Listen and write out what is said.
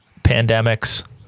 pandemics